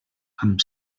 amb